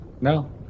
No